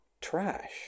trash